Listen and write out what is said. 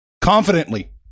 Confidently